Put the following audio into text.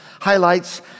highlights